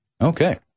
Okay